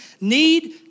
need